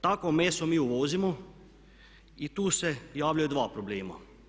Takvo meso mi uvozimo i tu se javljaju dva problema.